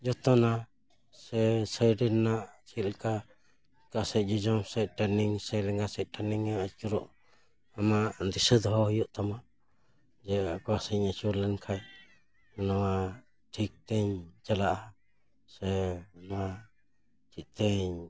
ᱡᱚᱛᱚᱱᱟ ᱥᱮ ᱥᱟᱭᱤᱰ ᱨᱮᱱᱟᱜ ᱪᱮᱫ ᱞᱮᱠᱟ ᱚᱠᱟ ᱥᱮᱡ ᱡᱚᱡᱚᱢ ᱥᱮᱡ ᱴᱟᱨᱱᱤᱝ ᱥᱮ ᱞᱮᱜᱟ ᱥᱮᱡ ᱴᱟᱨᱱᱤᱝ ᱮᱢ ᱟᱪᱩᱨᱚᱜ ᱟᱢᱟᱜ ᱫᱤᱥᱟᱹ ᱫᱚᱦᱚ ᱦᱩᱭᱩᱜ ᱛᱟᱢᱟ ᱡᱮ ᱚᱠᱟ ᱥᱮᱡ ᱤᱧ ᱟᱹᱪᱩᱨ ᱞᱮᱱ ᱠᱷᱟᱡ ᱱᱚᱣᱟ ᱴᱷᱤᱠ ᱛᱮᱧ ᱪᱟᱞᱟᱜᱼᱟ ᱥᱮ ᱱᱚᱣᱟ ᱴᱷᱤᱠ ᱛᱮᱧ